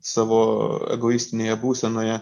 savo egoistinėje būsenoje